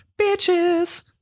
Bitches